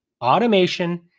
automation